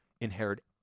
inherit